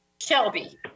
Shelby